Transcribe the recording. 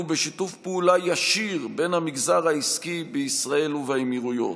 בשיתוף פעולה ישיר במגזר העסקי בישראל ובאמירויות.